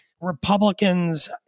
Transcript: Republicans